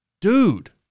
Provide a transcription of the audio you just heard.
Dude